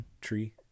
Tree